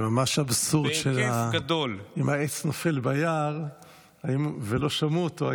זה ממש האבסורד של: אם העץ נופל ביער ולא שמעו אותו,